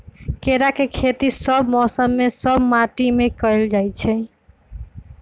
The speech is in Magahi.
केराके खेती सभ मौसम में सभ माटि में कएल जाइ छै